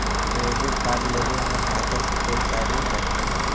Credit card लेवे में खाता से कोई चार्जो कटतई?